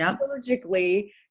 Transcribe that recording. surgically